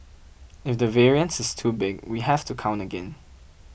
if the variance is too big we have to count again